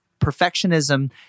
perfectionism